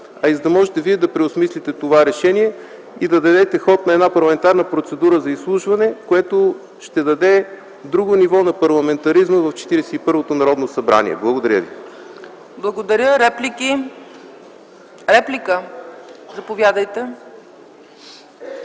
а и да можете вие да преосмислите това решение и да дадете ход на една парламентарна процедура за изслушване, което ще даде друго ниво на парламентаризма в 41-ото Народно събрание. Благодаря. ПРЕДСЕДАТЕЛ ЦЕЦКА ЦАЧЕВА: Благодаря.